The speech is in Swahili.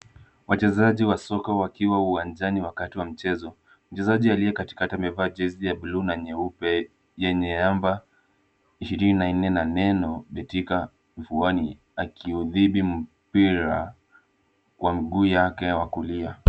Wachezaji wa soka wakiwa uwanjani wakati wa mchezo, mchezaji aliye katikati amevaa jezi ya bluu na nyeupe yenye namba ishirini na nne na neno Betika kifuani akiudhibiti mpira kwa mguu yake wa kulia.